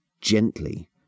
gently